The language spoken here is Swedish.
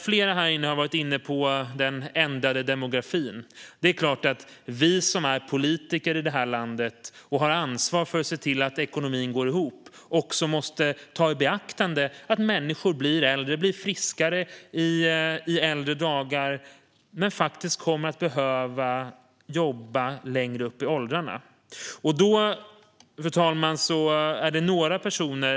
Flera före mig har varit inne på den ändrade demografin. Det är klart att vi som är politiker i det här landet och har ansvar för att ekonomin går ihop också måste ta i beaktande att människor blir äldre och är friskare på äldre dar men faktiskt kommer att behöva jobba längre upp i åldrarna.